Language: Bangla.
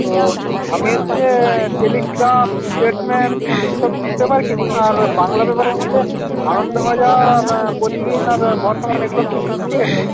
তো আমি হচ্ছে টেলিগ্রাফ স্টেটসম্যান এসব পেপার কিনি আর বাংলা পেপারের মধ্যে আনন্দবাজার আর প্রতিদিন আর বর্তমান এগুলো কিনি ঠিক আছে